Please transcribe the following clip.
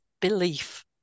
belief